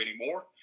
anymore